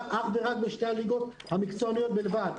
שזה אך ורק שתי הליגות המקצועניות בלבד,